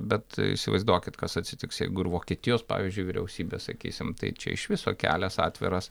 bet įsivaizduokit kas atsitiks jeigu ir vokietijos pavyzdžiui vyriausybė sakysim tai čia iš viso kelias atviras